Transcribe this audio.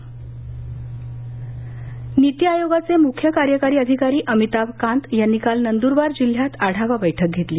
नंदुरवार निती आयोगाचे मुख्य कार्यकारी अधिकारी अमिताभ कांत यांनी काल नंदूरबार जिल्ह्यात आढावा बैठक घेतली